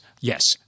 Yes